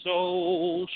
Soul